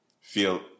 feel